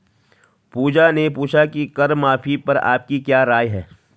पूजा ने पूछा कि कर माफी पर आपकी क्या राय है?